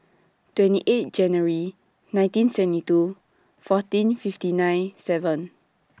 twenty eight January nineteen seventy two fourteen fifty nine seven